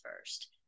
first